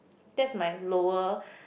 that's my lower